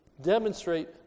demonstrate